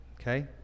okay